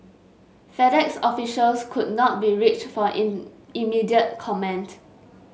FedEx officials could not be reached for immediate comment